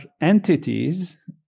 entities